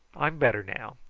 i'm better now.